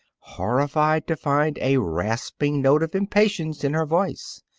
horrified to find a rasping note of impatience in her voice.